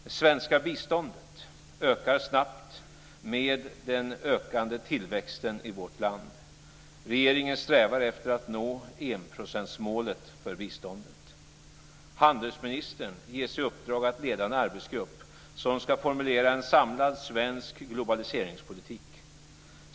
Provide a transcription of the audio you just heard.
Det svenska biståndet ökar snabbt med den ökande tillväxten i vårt land. Regeringen strävar efter att nå enprocentsmålet för biståndet. Handelsministern ges i uppdrag att leda en arbetsgrupp som ska formulera en samlad svensk globaliseringspolitik.